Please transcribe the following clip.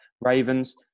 Ravens